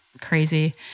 crazy